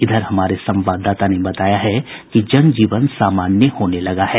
इधर हमारे संवाददाता ने बताया है कि जन जीवन सामान्य होने लगा है